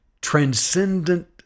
transcendent